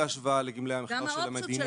בכל